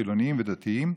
חילונים ודתיים,